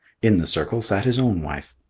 in the circle sat his own wife.